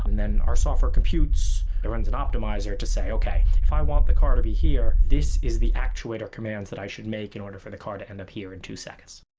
and then our software computes, it runs an optimizer to say, okay, if i want the car to be here, this is the actuator commands that i should make in order for the car to end up here in two seconds.